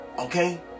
Okay